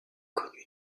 connue